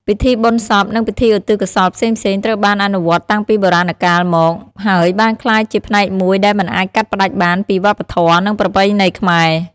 ពិធីបុណ្យសព និងពិធីឧទ្ទិសកុសលផ្សេងៗ ត្រូវបានអនុវត្តន៍តាំងពីបុរាណកាលមក ហើយបានក្លាយជាផ្នែកមួយដែលមិនអាចកាត់ផ្តាច់បានពីវប្បធម៌ និងប្រពៃណីខ្មែរ។